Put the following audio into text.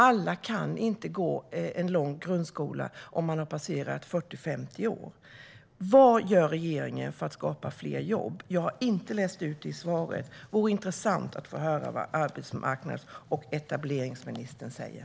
Alla kan inte gå en lång grundskola när de har passerat 40 eller 50 år. Vad gör regeringen för att skapa fler jobb? Jag har inte kunnat utläsa det av svaret. Det vore intressant att få höra vad arbetsmarknads och etableringsministern säger.